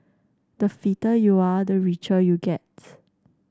the fitter you are the richer you get